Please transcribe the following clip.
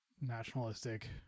nationalistic